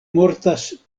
mortas